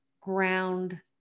ground